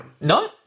No